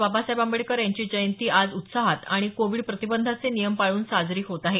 बाबासाहेब आंबेडकर यांची जयंती आज उत्साहात आणि कोविड प्रतिबंधाचे नियम पाळून साजरी होत आहे